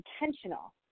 intentional